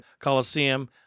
Coliseum